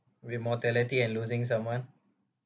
with mortality and losing someone